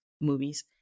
movies